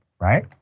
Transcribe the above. right